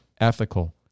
ethical